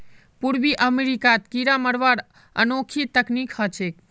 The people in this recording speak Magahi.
पूर्वी अमेरिकात कीरा मरवार अनोखी तकनीक ह छेक